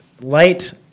light